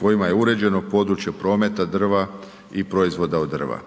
kojima je uređeno područje prometa drva i proizvoda od drva.